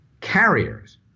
carriers